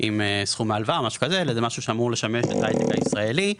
עם סכום ההלוואה אלא זה משהו שאמור לשמש את ההייטק הישראלי.